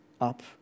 up